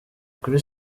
kuri